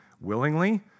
willingly